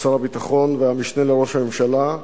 שר הביטחון והמשנה לראש הממשלה,